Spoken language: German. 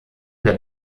der